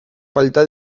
falta